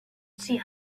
see